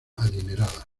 adinerada